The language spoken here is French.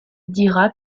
dira